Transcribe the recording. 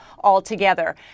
altogether